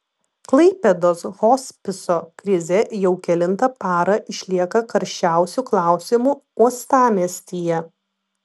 klaipėdos hospiso krizė jau kelintą parą išlieka karščiausiu klausimu uostamiestyje